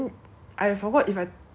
me and my friend hor go inside the lift